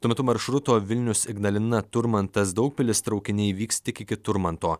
tuo metu maršruto vilnius ignalina turmantas daugpilis traukiniai vyks tik iki turmanto